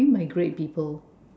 what you mean by great people